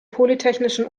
polytechnischen